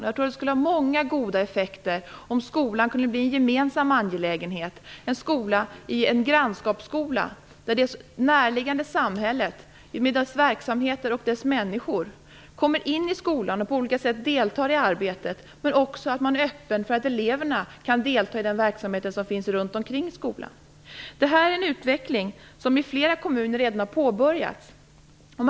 Jag tror att det skulle ha många goda effekter om skolan kunde bli en gemensam angelägenhet, en grannskapsskola, där det näraliggande samhället med dess verksamheter och människor kommer in i skolan och på olika sätt deltar i arbetet, men också att man är öppen för att eleverna kan delta i den verksamhet som finns runt omkring skolan. Det här är en utveckling som redan har påbörjats i flera kommuner.